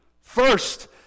first